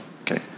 Okay